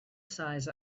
size